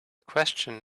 question